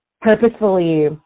purposefully